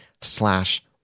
slash